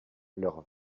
leur